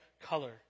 color